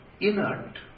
inert